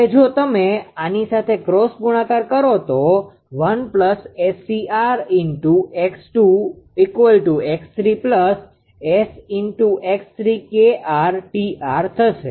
હવે જો તમે આની સાથે ક્રોસ ગુણાકાર કરો તો 1 𝑆𝑇𝑟𝑥2 𝑥3 𝑆𝑥3𝐾𝑟𝑇𝑟 થશે